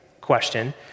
question